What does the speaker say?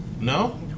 No